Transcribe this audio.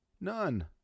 none